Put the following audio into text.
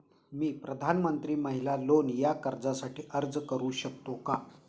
मी प्रधानमंत्री महिला लोन या कर्जासाठी अर्ज करू शकतो का?